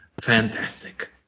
Fantastic